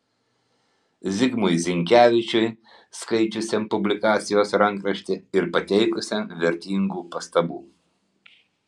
zigmui zinkevičiui skaičiusiam publikacijos rankraštį ir pateikusiam vertingų pastabų